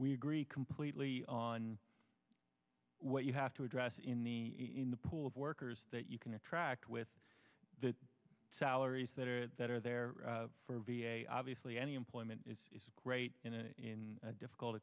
we agree completely on what you have to address in the in the pool of workers that you can attract with the salaries that are that are there for v a obviously any employment is great in a difficult